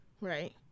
right